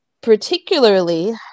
particularly